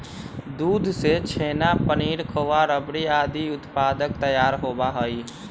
दूध से छेना, पनीर, खोआ, रबड़ी आदि उत्पाद तैयार होबा हई